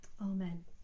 Amen